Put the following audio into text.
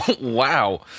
Wow